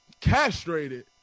castrated